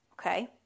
okay